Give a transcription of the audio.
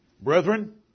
Brethren